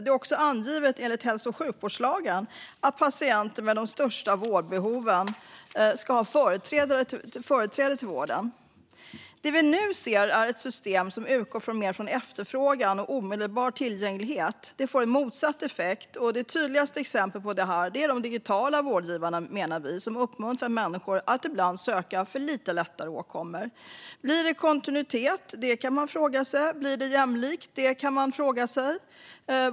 Det är också angivet i hälso och sjukvårdslagen att patienter med de största vårdbehoven ska ha företräde till vården. Det vi nu ser är ett system som utgår mer från efterfrågan och omedelbar tillgänglighet. Det får motsatt effekt, och det tydligaste exemplet är de digitala vårdgivarna som uppmuntrar människor att ibland söka för lite lättare åkommor. Man kan fråga sig om det blir kontinuitet, och man kan fråga sig om det blir jämlikt.